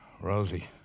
Rosie